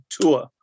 tour